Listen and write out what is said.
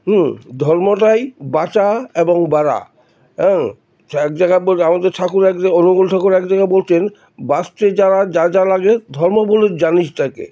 হুম ধর্মটাই বাঁচা এবং বাড়া হ্যাঁ এক জায়গায় আমাদের ঠাকুর এক জায় অনুকূল ঠাকুর এক জায়গায় বলতছেন বাঁচতে যারা যা যা লাগে ধর্ম বলে জানিসটাকে